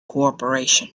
corporation